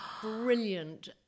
brilliant